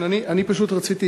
אני רציתי,